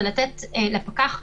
זה לתת לפקח סמכויות.